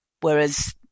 whereas